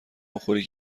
بخوری